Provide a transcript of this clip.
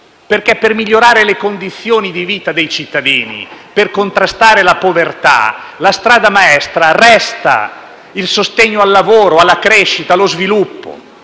perché per migliorare le condizioni di vita dei cittadini, per contrastare la povertà, la strada maestra resta il sostegno al lavoro, alla crescita, allo sviluppo.